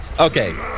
Okay